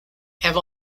have